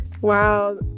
Wow